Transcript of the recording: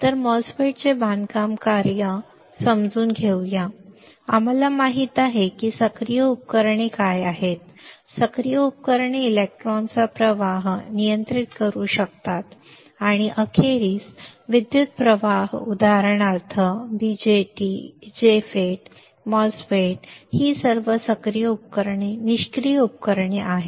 तर MOSFET चे बांधकाम कार्य समजून घेऊया आम्हाला माहित आहे की सक्रिय उपकरणे काय आहेत सक्रिय उपकरणे इलेक्ट्रॉनचा प्रवाह नियंत्रित करू शकतात आणि अखेरीस विद्युत् प्रवाह उदाहरणार्थ BJT JFET MOSFETs ही सर्व सक्रिय उपकरणे निष्क्रिय उपकरणे आहेत